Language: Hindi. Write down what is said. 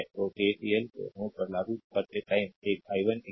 तो KCL को नोड पर लागू करते टाइम एक i1 i2 i3